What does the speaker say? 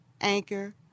anchor